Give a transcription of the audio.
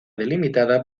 delimitada